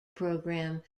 program